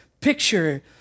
picture